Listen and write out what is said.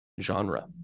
genre